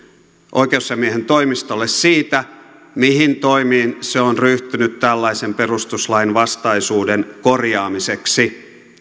oikeusasiamiehen toimistolle siitä mihin toimiin se on ryhtynyt tällaisen perustuslainvastaisuuden korjaamiseksi